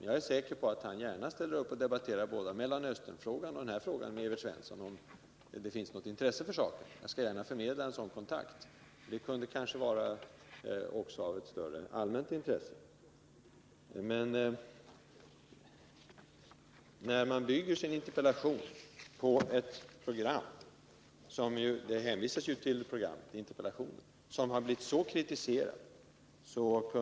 Jag är säker på att Per Ahlmark gärna ställer upp och debatterar både Mellanösternfrågan och skogsplanteringen med Evert Svensson, om det finns något intresse för det. Jag skall gärna förmedla en sådan kontakt. En debatt av det slaget kanske också kunde vara av allmänt intresse. Evert Svensson har byggt sin interpellation på ett TV-program — det hänvisas ju i interpellationen till programmet — som har blivit mycket kritiserat.